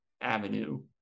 avenue